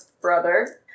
brother